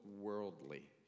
worldly